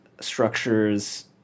structures